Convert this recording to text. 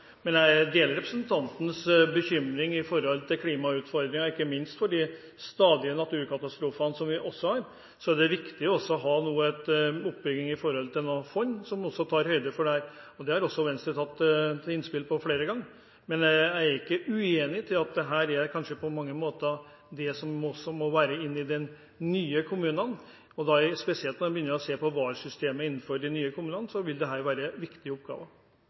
men jeg deler representantens bekymring når det gjelder klimautfordringene. Ikke minst på grunn av de stadige naturkatastrofene som vi har, er det viktig nå å ha en oppbygging av fond som også tar høyde for dette. Det har Venstre hatt innspill om flere ganger, men jeg er ikke uenig i at dette er noe som må komme inn i de nye kommunene. Spesielt når man begynner å se på VAR-systemet i de nye kommunene, vil dette være en viktig oppgave. Jeg konstaterer at Venstre ikke har lagt inn noen krefter på dette i kommuneoppgjøret, og det